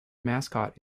mascot